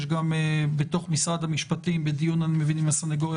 יש גם בתוך משרד המשפטים בדיון אני מבין עם הסנגוריה